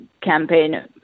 campaign